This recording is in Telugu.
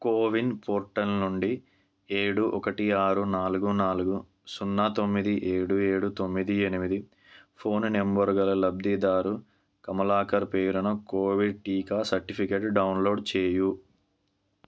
కోవిన్ పోర్టల్ నుండి ఏడు ఒకటి ఆరు నాలుగు నాలుగు సున్నా తొమ్మిది ఏడు ఏడు తొమ్మిది ఎనిమిది ఫోను నంబరు గల లబ్ధిదారు కమలాకర్ పేరున కోవిడ్ టీకా సర్టిఫికేట్ డౌన్లోడ్ చేయి